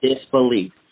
disbelief